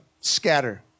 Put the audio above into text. Scatter